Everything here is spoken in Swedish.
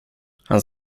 han